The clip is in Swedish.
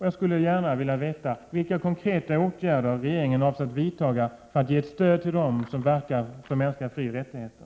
Jag skulle gärna vilja veta vilka konkreta åtgärder regeringen avser att vidta för att ge stöd till dem som verkar för mänskliga frioch rättigheter.